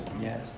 Yes